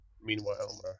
Meanwhile